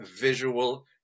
visual